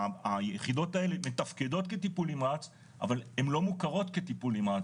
היחידות האלה מתפקדות כטיפול נמרץ אבל הן לא מוכרות כטיפול נמרץ